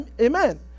Amen